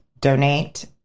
donate